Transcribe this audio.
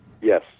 Yes